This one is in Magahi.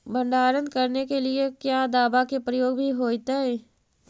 भंडारन करने के लिय क्या दाबा के प्रयोग भी होयतय?